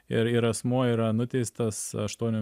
ir ir asmuo yra nuteistas aštuonių